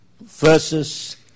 versus